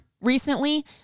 recently